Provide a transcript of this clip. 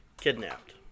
kidnapped